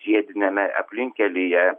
žiediniame aplinkkelyje